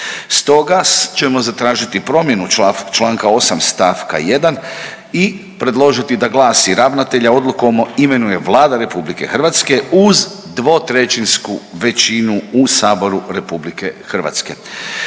Stoga ćemo zatražiti promjenu Članka 8. stavka 1. i predložiti da glasi, ravnatelja odlukom imenuje Vlada RH uz 2/3 većinu u saboru RH.